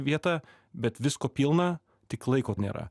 vieta bet visko pilna tik laiko nėra